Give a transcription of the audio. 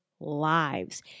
lives